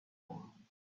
mum